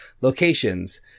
locations